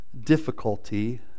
difficulty